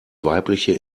weibliche